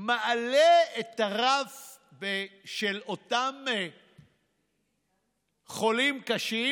מעלה את הרף של אותם חולים קשים